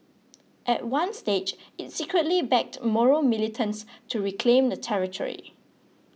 at one stage it secretly backed Moro militants to reclaim the territory